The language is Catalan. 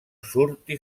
surti